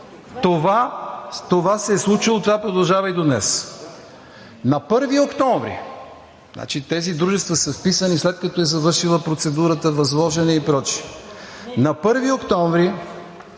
Това се е случило – това продължава и до днес. На 1 октомври значи тези дружества са вписани, след като е завършила процедурата, възложена и прочее – на 1 октомври